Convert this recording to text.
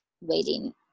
waiting